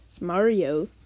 Mario